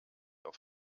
auf